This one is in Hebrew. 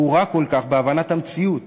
בורה כל כך בהבנת המציאות